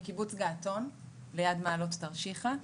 מקיבוץ געתון ליד מעלות תרשיחא.